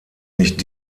nicht